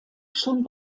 schon